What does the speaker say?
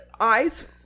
eyes